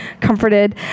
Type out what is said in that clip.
comforted